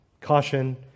Caution